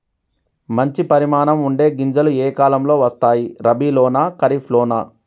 మంచి పరిమాణం ఉండే గింజలు ఏ కాలం లో వస్తాయి? రబీ లోనా? ఖరీఫ్ లోనా?